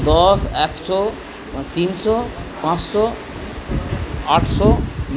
দশ একশো তিনশো পাঁসশো আটশো